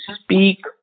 speak